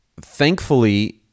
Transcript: Thankfully